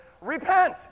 Repent